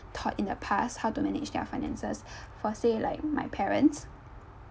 taught in the past how to manage their finances for say like my parents